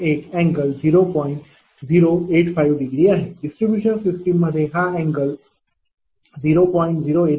085°आहे distribution system मध्ये हा angle 0